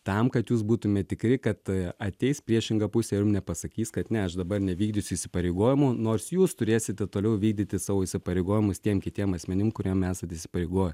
tam kad jūs būtumėt tikri kad ateis priešinga pusė ir jum nepasakys kad ne aš dabar nevykdysiu įsipareigojimų nors jūs turėsite toliau vykdyti savo įsipareigojimus tiem kitiem asmenim kuriem esat įsipareigoję